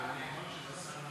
נגישות,